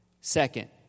Second